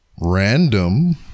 random